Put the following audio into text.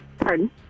Pardon